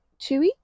chewy